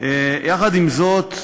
יחד עם זאת,